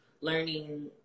learning